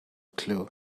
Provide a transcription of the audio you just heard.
clue